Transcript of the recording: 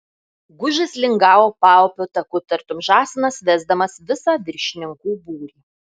gužas lingavo paupio taku tartum žąsinas vesdamas visą viršininkų būrį